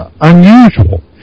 unusual